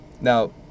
Now